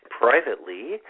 privately